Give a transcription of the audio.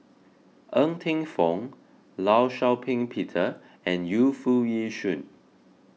Ng Teng Fong Law Shau Ping Peter and Yu Foo Yee Shoon